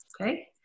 okay